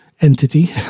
entity